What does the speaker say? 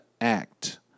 act